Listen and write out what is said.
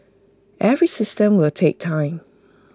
every system will take time